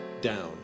down